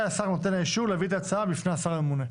השר נותן האישור להביא את ההצעה בפני השר הממונה.